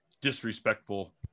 disrespectful